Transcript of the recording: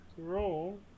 roll